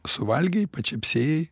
suvalgei pačepsėjai